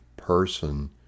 person